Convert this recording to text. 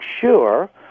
sure